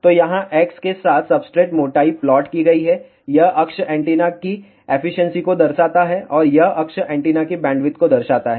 तो यहाँ x के साथ सब्सट्रेट मोटाई प्लॉट की गई है यह अक्ष एंटीना की एफिशिएंसी को दर्शाता है और यह अक्ष एंटीना की बैंडविड्थ को दर्शाता है